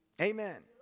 Amen